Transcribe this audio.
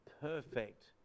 perfect